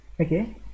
Okay